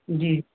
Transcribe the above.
جی